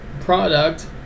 product